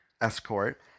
Escort